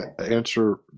answer